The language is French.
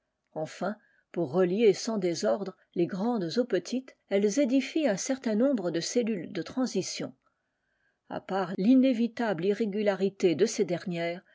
enfin pour relier sans désordre les grandes aux petites elles édifient un certain nombre de cellules de transition a part l'inévitable irrégularité de ces dernières